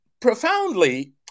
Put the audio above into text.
profoundly